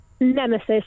nemesis